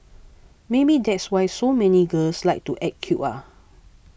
maybe that's why so many girls like to act cute ah